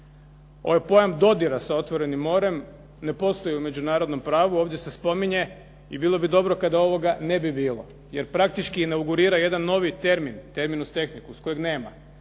Ovaj pojam dodira sa otvorenim morem ne postoji u međunarodnom pravu. Ovdje se spominje i bilo bi dobro kada ovoga ne bi bilo, jer praktički inaugurira jedan novi termin, termin uz tehniku kojeg nema,